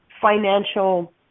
financial